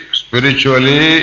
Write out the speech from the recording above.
spiritually